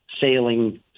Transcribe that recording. sailing